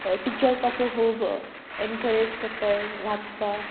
teachers पासून खूब encourage कोत्ताय वाचपाक